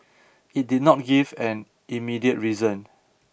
it did not give an immediate reason